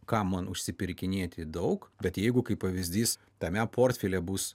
kam man užsipirkinėti daug bet jeigu kaip pavyzdys tame portfelyje bus